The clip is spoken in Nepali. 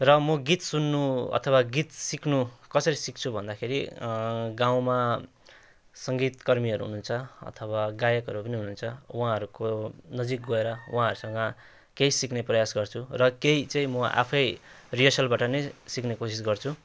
र म गीत सुन्नु अथवा गीत सिक्नु कसरी सिक्छु भन्दाखेरि गाउँमा सङ्गीतकर्मीहरू हुनुहुन्छ अथवा गायकहरू पनि हुनुहुन्छ उहाँहरूको नजिक गएर उहाँहरूसँग केही सिक्ने प्रयास गर्छु र केही चाहिँ म आफै रिहर्सलबाट नै सिक्ने कोसिस गर्छु